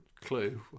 clue